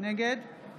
נגד